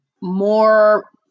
more